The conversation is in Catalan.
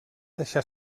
deixar